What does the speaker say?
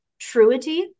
Truity